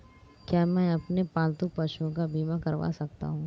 क्या मैं अपने पालतू पशुओं का बीमा करवा सकता हूं?